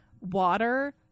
water